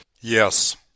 Yes